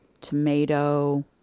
tomato